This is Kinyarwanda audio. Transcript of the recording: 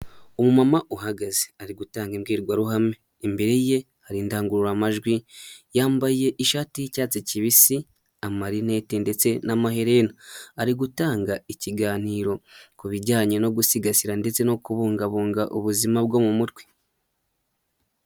Umumama uhagaze ari gutanga imbwirwaruhame, imbere ye hari indangururamajwi yambaye ishati y'icyatsi kibisi amarinete ndetse n'amaherena, ari gutanga ikiganiro ku bijyanye no gusigasira ndetse no kubungabunga ubuzima bwo mu mutwe.